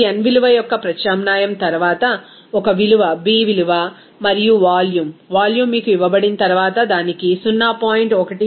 ఈ n విలువ యొక్క ప్రత్యామ్నాయం తర్వాత ఒక విలువ b విలువ మరియు వాల్యూమ్ వాల్యూమ్ మీకు ఇవ్వబడిన తర్వాత దానికి 0